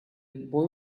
boy